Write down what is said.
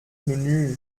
menü